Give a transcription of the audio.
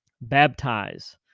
Baptize